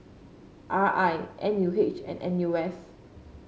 R I N U H and N U S